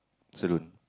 salon